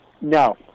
No